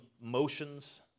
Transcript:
motions